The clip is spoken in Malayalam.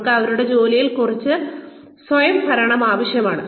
അവർക്ക് അവരുടെ ജോലിയിൽ കുറച്ച് സ്വയംഭരണവും ആവശ്യമാണ്